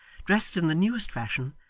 dressed in the newest fashion,